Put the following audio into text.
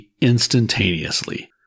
instantaneously